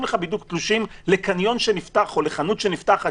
לך תלושים לקניון שנפתח או לחנות שנפתחת,